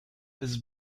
his